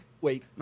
Wait